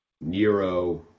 nero